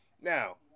now